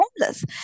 homeless